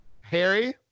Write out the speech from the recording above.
Harry